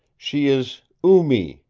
she is oo-mee,